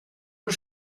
por